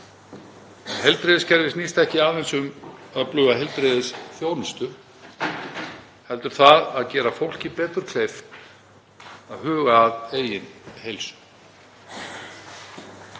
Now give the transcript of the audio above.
En heilbrigðiskerfið snýst ekki aðeins um öfluga heilbrigðisþjónustu heldur það að gera fólki betur kleift að huga að eigin heilsu.